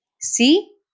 See